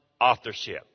authorship